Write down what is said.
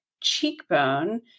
cheekbone